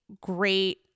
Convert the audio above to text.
great